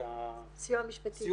--- סיוע משפטי, מיצוי זכויות.